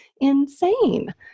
insane